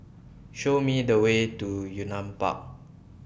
Show Me The Way to Yunnan Park